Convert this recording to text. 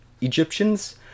Egyptians